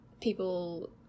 people